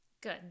Good